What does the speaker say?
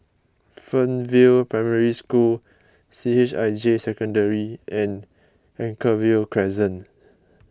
Fernvale Primary School C H I J Secondary and Anchorvale Crescent